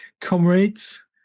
comrades